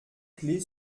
clé